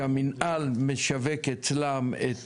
שהמינהל משווק אצלם את